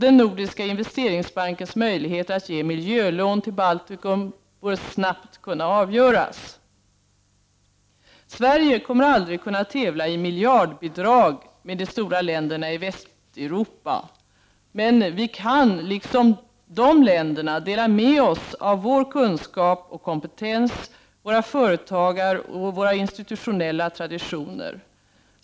Den nordiska investeringsbankens möjligheter att ge miljölån til Baltikum bör snabbt kunna avgöras. Sverige kommer aldrig att kunna tävla i miljardbidrag med de stora länderna i Västeuropa, men vi kan liksom de dela med oss av vår kunskap och kompetens, våra företagaroch institutionella traditioner.